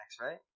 right